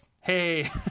Hey